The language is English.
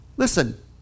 Listen